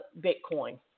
Bitcoin